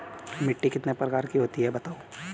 मिट्टी कितने प्रकार की होती हैं बताओ?